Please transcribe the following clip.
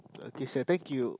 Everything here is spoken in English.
okay sir thank you